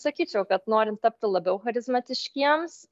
sakyčiau kad norint tapti labiau charizmatiškiems